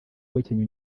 guhekenya